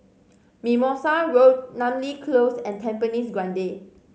Mimosa Road Namly Close and Tampines Grande